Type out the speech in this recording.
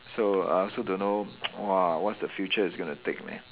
so I also don't know !wah! what's the future is gonna take me